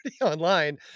online